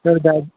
sir गा